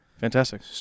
fantastic